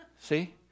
See